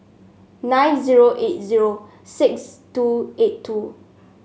nine zero eight zero six two eight two